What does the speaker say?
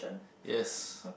yes